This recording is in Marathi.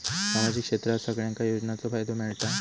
सामाजिक क्षेत्रात सगल्यांका योजनाचो फायदो मेलता?